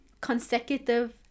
consecutive